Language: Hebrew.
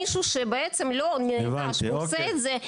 מישהו שבעצם לא נענש ועושה את זה,